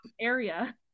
area